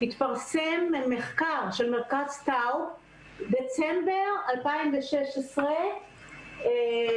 התפרסם מחקר של מרכז טאו בדצמבר 2016 והוא